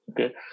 Okay